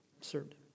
served